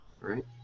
right